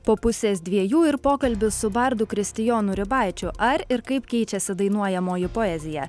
po pusės dviejų ir pokalbis su bardu kristijonu ribaičiu ar ir kaip keičiasi dainuojamoji poezija